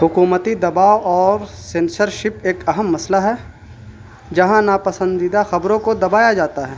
حکومتی دباؤ اور سینسرشپ ایک اہم مسئلہ ہے جہاں ناپسندیدہ خبروں کو دبایا جاتا ہے